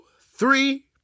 three